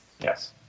Yes